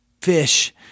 fish